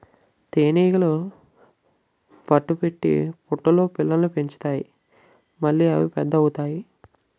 తేనీగలు పట్టు పెట్టి పట్టులో పిల్లల్ని పెంచుతాయి మళ్లీ అవి పెద్ద అవుతాయి